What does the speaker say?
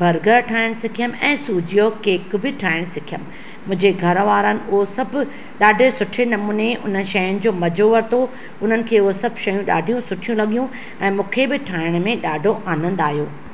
burger ठाहिण सिखियमि ऐं सूजीअ जो केक बि ठाहिण सिखियमि मुंहिंजे घर वारनि उहे सभु ॾाढे सुठे नमूने हुन शयुनि जो मज़ो वरितो उन्हनि खे उहे सभु शयूं ॾाढियूं सुठियूं लॻियूं ऐं मूंखे बि ठाहिण में ॾाढो आनंदु आहियो